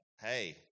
hey